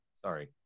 Sorry